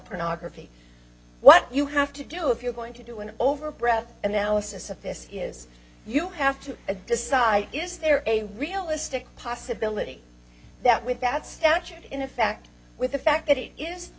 pornography what you have to do if you're going to do an over breath and now assistant this is you have to decide is there a realistic possibility that with that statute in effect with the fact that it is the